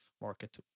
market